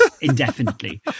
indefinitely